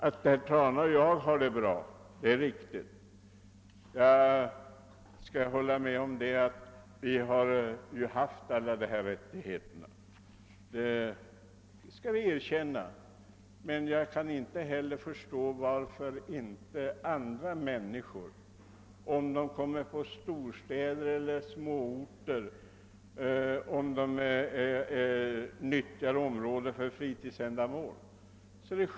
Att herr Trana och jag har det bra är riktigt; jag skall hålla med om att vi har haft alla de rättigheter som här nämnts. Men jag kan inte förstå varför inte andra människor, antingen de kommer från storstäder eller mindre orter eller om de nyttjar marken för fritidsändamål kan få samma rättigheter.